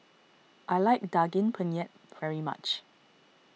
I like Daging Penyet very much